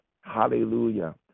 Hallelujah